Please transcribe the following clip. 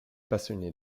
passionné